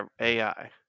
AI